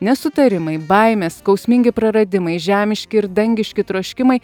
nesutarimai baimės skausmingi praradimai žemiški ir dangiški troškimai